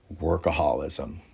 workaholism